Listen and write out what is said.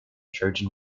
trojan